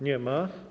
Nie ma.